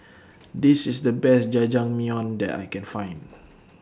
This IS The Best Jajangmyeon that I Can Find